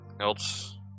else